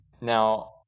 Now